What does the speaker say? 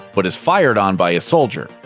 but is fired on by a soldier.